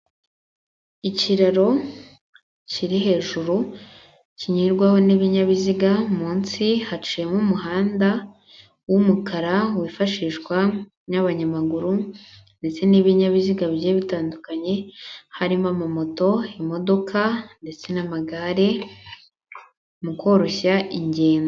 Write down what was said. Ikiraro kiri hejuru kinyurwaho n'ibinyabiziga munsi haciyemo umuhanda w'umukara wifashishwa n'abanyamaguru, ndetse n'ibinyabiziga bigiye bitandukanye harimo amamotomo ndetse n'amagare mu koroshya ingendo.